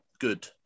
good